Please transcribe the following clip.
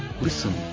Listen